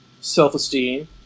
Self-Esteem